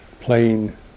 plain